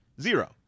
Zero